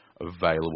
available